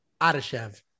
Adeshev